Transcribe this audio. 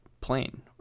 plane